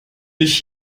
nicht